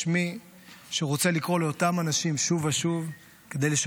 יש מי שרוצה לקרוא לאותם אנשים שוב ושוב כדי